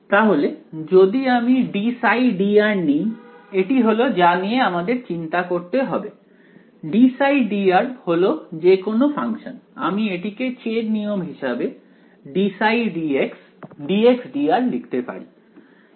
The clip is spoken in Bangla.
তাহলে যদি আমি dψdr নিই এটি হলো যা নিয়ে আমাদের চিন্তা করতে হবে dψdr হল যে কোন ফাংশন আমি এটিকে চেন নিয়ম হিসেবে dψdx dxdr লিখতে পারি